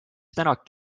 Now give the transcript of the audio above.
tänak